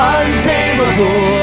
untamable